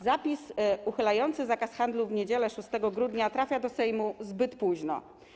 Zapis uchylający zakaz handlu w niedzielę 6 grudnia trafia do Sejmu zbyt późno.